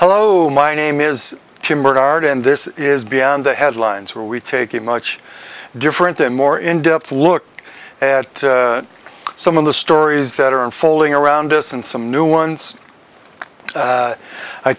hello my name is tim barnard and this is beyond the headlines where we take a much different and more in depth look at some of the stories that are unfolding around us and some new ones